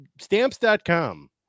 Stamps.com